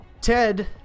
ted